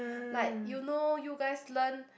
like you know you guys learn